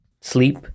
sleep